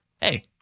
hey